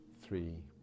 Three